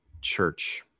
church